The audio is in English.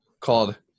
called